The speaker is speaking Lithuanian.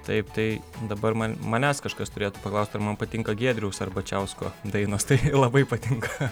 taip tai dabar man manęs kažkas turėtų paklausti ar man patinka giedriaus arbačiausko dainos tai labai patinka